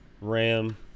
ram